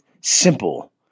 simple